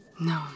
No